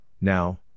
now